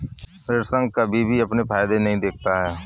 ऋण संघ कभी भी अपने फायदे नहीं देखता है